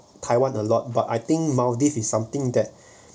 taiwan a lot but I think maldives is something that